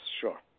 sure